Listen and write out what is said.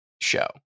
show